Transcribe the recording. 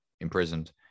imprisoned